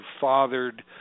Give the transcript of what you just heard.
fathered